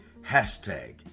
hashtag